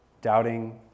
doubting